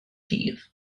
dydd